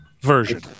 version